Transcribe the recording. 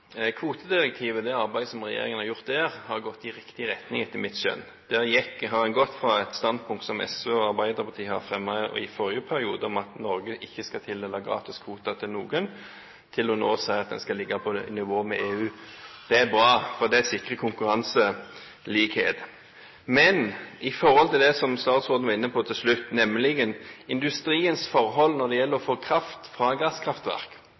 Det arbeidet som regjeringen har gjort i forbindelse med kvotedirektivet, har gått i riktig retning etter mitt skjønn. Der har en gått fra et standpunkt, som SV og Arbeiderpartiet fremmet i forrige periode, om at Norge ikke skal tildele gratis kvoter til noen, til nå å si at en skal ligge på nivå med EU. Det er bra, for det sikrer konkurranselikhet. Men når det gjelder det som statsråden var inne på til slutt, nemlig industriens muligheter til å få kraft fra gasskraftverk,